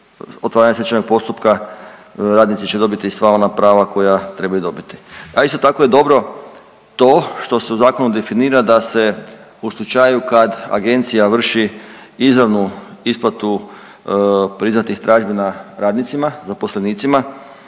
otvaranja stečajnog postupka radnici će dobiti sva ona prava koja trebaju dobiti. A isto tako je dobro to što se u zakonu definira da se u slučaju kad agencija vrši izravnu isplatu priznatih tražbina radnicima, zaposlenicima